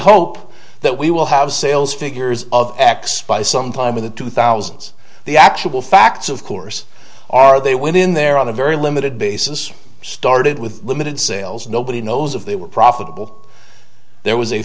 hope that we will have sales figures of x by sometime in the two thousands the actual facts of course are they went in there on a very limited basis started with limited sales nobody knows if they were profitable there was a